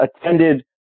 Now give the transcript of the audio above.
attended